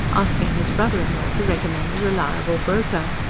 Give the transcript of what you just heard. asking his brother-in-law to recommend a reliable broker.